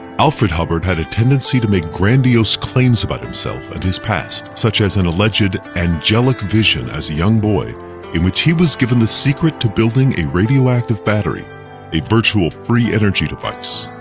alfred hubbard had a tendency to make grandiose claims about himself and his past. such as an alleged angelic vision as a young boy in which he was given the secret to building a radioactive battery a virtual free energy device.